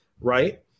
Right